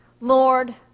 Lord